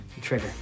Trigger